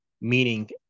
meaning